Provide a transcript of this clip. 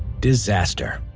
disaster